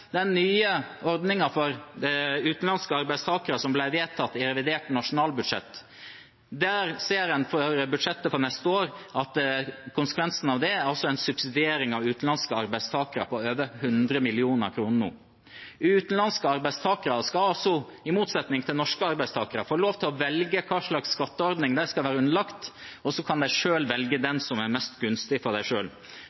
den nye ordningen for utenlandske arbeidstakere som ble vedtatt i revidert nasjonalbudsjett, er en subsidiering av utenlandske arbeidstakere med over 100 mill. kr. Utenlandske arbeidstakere skal altså, i motsetning til norske arbeidstakere, få lov til å velge hva slags skatteordning de skal være underlagt, og så kan de selv velge den